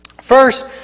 First